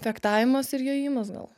fechtavimas ir jojimas gal